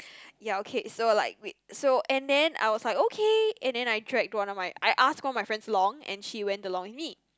ya okay so like wait so and then I was like okay and then I dragged one of my I asked all my friends along and she went along with me